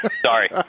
Sorry